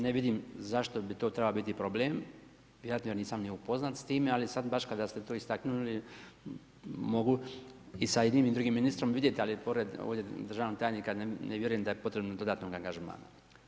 Ne vidim zašto bi to trebao biti problem, ja nisam ni upoznat s time, ali sad baš kada ste to istaknuli mogu i sa jednim i sa drugim ministrom vidjeti ali pored ovdje državnog tajnika ne vjerujem da je potrebno dodatnog angažmana.